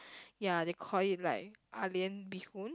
ya they call it like ah-lian bee-hoon